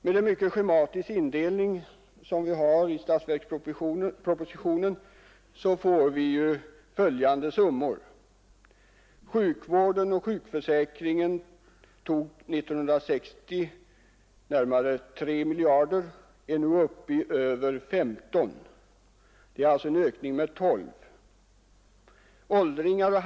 Med den mycket schematiska indelning som vi har i statsverkspropositionen får vi följande summor. Sjukvården och sjukförsäkringen, som 1960 tog närmare 3 miljarder, tar nu över 15 miljarder — alltså en ökning med 12 miljarder.